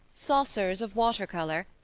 saucers of water color,